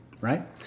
right